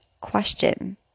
question